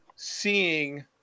seeing